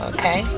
Okay